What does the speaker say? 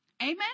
Amen